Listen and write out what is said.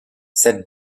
cette